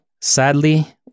Sadly